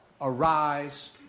arise